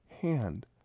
hand